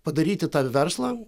padaryti tą verslą